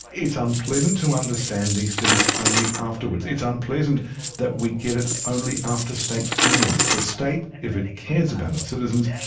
it's unpleasant to understand these things only afterwards, it's unpleasant that we get it only after state funerals. the state, if it it cares about its citizens,